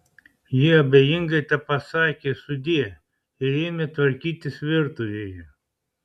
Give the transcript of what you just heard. ji abejingai tepasakė sudie ir ėmė tvarkytis virtuvėje